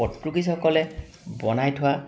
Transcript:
পৰ্তুগীজসকলে বনাই থোৱা